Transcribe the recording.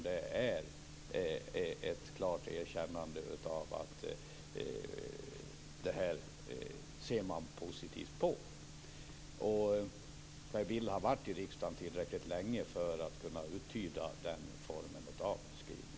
Det är ett klart erkännande av att utskottet ser positivt på detta. Per Bill har varit i riksdagen tillräckligt länge för att kunna uttyda den formen av skrivning.